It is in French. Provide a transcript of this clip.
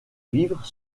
vivre